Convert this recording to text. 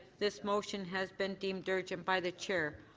this motion has been deemed urgent by the chair.